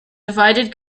divided